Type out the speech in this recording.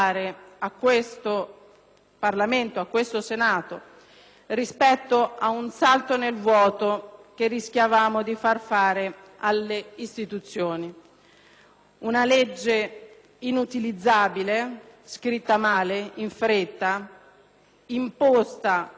Parlamento, a questo Senato, rispetto ad un salto nel vuoto che rischiavamo di far fare alle istituzioni con l'approvazione di una legge inutilizzabile, scritta male e in fretta, imposta nei modi e nei